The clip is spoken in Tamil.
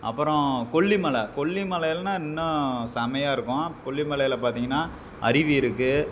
அப்புறம் கொல்லி மலை கொல்லி மலையிலனா இன்னும் செமையாக இருக்கும் கொல்லி மலையில் பார்த்தீங்கன்னா அருவி இருக்கு